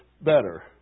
better